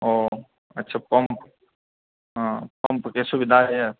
ओ अच्छा पम्प हँ पम्पके सुविधा यऽ